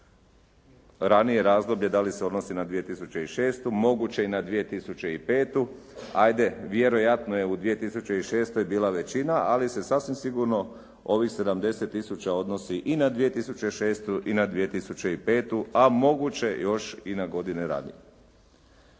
ranije razdoblje da li se odnosi na 2006. Moguće i na 2005. Hajde vjerojatno je u 2006. bila većina, ali se sasvim sigurno ovih 70000 odnosi i na 2006. i na 2005. a moguće je još i na godine ranije.